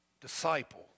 Disciple